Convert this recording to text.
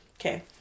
okay